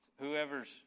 whoever's